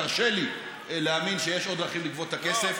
תרשה לי להאמין שיש עוד דרכים לגבות את הכסף.